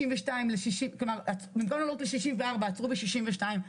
כאשר במקום לעלות לגיל 64 עצרו בגיל 62,